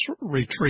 retreat